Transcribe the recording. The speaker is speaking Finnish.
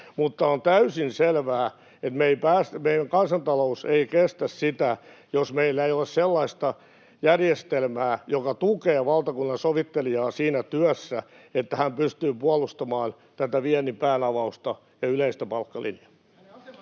Mutta on täysin selvää, että meidän kansantalous ei kestä, jos meillä ei ole sellaista järjestelmää, joka tukee valtakunnansovittelijaa siinä työssä, että hän pystyy puolustamaan tätä viennin päänavausta ja yleistä palkkalinjaa.